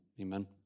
Amen